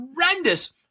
horrendous